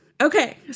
Okay